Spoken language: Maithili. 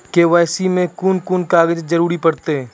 के.वाई.सी मे कून कून कागजक जरूरत परतै?